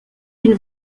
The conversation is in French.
une